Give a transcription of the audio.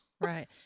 Right